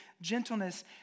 gentleness